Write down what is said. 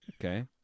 Okay